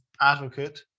advocate